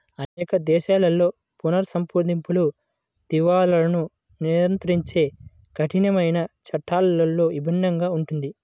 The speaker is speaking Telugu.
అనేక దేశాలలో పునఃసంప్రదింపులు, దివాలాను నియంత్రించే కఠినమైన చట్టాలలో భిన్నంగా ఉంటుంది